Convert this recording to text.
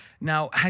Now